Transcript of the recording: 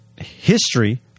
history